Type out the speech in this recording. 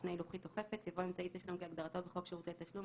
לפני "לוחית או חפץ" יבוא "אמצעי תשלום כהגדרתו בחוק שירותי תשלום,